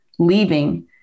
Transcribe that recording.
leaving